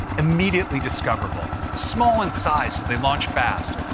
immediately discoverable, small in size, so they launch fast,